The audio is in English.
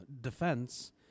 defense